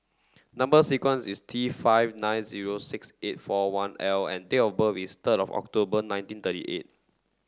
number sequence is T five nine zero six eight four one L and date of birth is third of October nineteen thirty eight